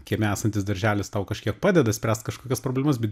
kieme esantis darželis tau kažkiek padeda spręst kažkokias problemas bet